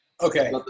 Okay